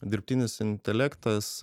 dirbtinis intelektas